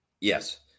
Yes